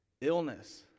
illness